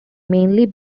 mainly